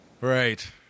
Right